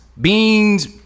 beans